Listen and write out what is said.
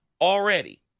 already